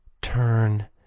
Turn